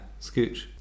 Scooch